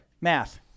math